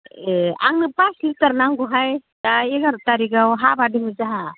ए आंनो पास लिटार नांगौहाय दा एगार' थारिखाव हाबा दोङो जाहा